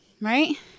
Right